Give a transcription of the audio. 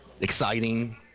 exciting